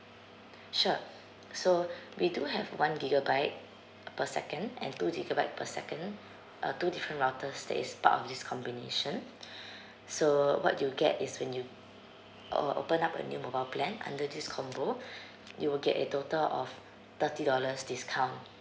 sure so we do have one gigabyte per second and two gigabyte per second uh two different routers that is part of this combination so what you get is when you uh open up a new mobile plan under this combo you will get a total of thirty dollars discount